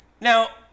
Now